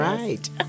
right